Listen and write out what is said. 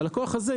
והלקוח הזה,